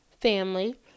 family